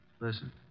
Listen